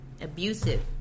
abusive